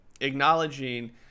acknowledging